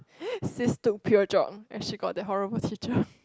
sis took pure geog and she got that horrible teacher